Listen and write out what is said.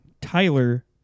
Tyler